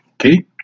Okay